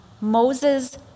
Moses